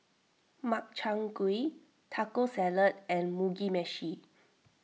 Makchang Gui Taco Salad and Mugi Meshi